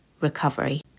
recovery